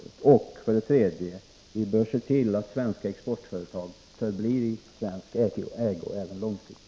Dessutom bör vi se till att svenska exportföretag förblir i svensk ägo även långsiktigt.